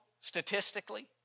statistically